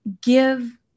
give